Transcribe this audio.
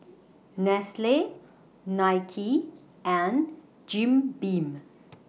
Nestle Nike and Jim Beam